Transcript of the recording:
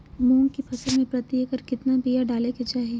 मूंग की फसल में प्रति एकड़ कितना बिया डाले के चाही?